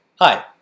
Hi